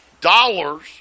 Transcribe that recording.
dollars